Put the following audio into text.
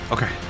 Okay